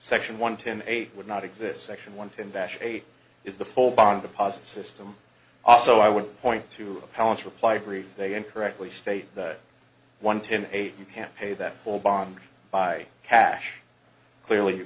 section one to eight would not exist section one tin that is the full bond deposit system also i would point to a palace reply brief they incorrectly state that one to eight you can't pay that full bond by cash clearly you